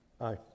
aye